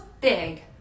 big